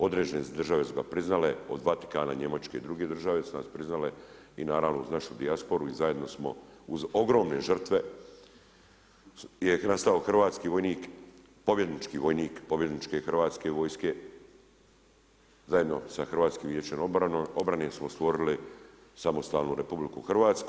Određene su države su ga priznale, od Vatikana, Njemačke i druge države, su nas priznale i naravno, našu dijasporu, i zajedno smo uz ogromne žrtve je nastao hrvatski vojnik, pobjednički vojnik, pobjedničke hrvatske vojske zajedno sa Hrvatskom vijećem obrane, su stvorili samostalnu RH.